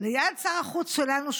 ליד שר החוץ שלנו,